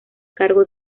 cargo